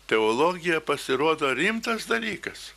teologija pasirodo rimtas dalykas